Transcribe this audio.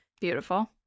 Beautiful